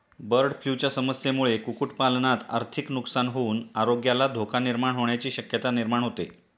बर्डफ्लूच्या समस्येमुळे कुक्कुटपालनात आर्थिक नुकसान होऊन आरोग्याला धोका निर्माण होण्याची शक्यता निर्माण होते